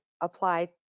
apply